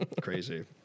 Crazy